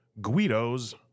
Guido's